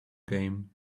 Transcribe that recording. game